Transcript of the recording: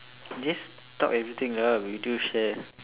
just talk everything lah we two share